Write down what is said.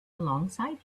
alongside